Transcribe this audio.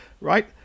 right